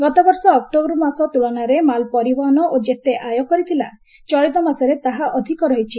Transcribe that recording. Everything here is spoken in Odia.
ଗତବର୍ଷ ଅକ୍ଟୋବର ମାସ ତୁଳନାରେ ମାଲ୍ ପରିବହନ ଓ ଯେତେ ଆୟ କରିଥିଲା ଚଳିତ ମାସରେ ତାହା ଅଧିକ ରହିଛି